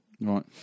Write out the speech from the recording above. Right